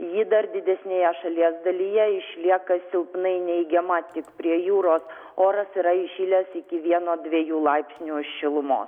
ji dar didesnėje šalies dalyje išlieka silpnai neigiama tik prie jūros oras yra įšilęs iki vieno dviejų laipsnių šilumos